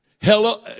Hello